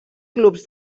clubs